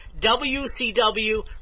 WCW